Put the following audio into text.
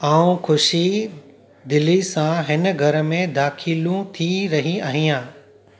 मां खु़शि दिली सां हिन घर में दाख़िलु थी रही आहियां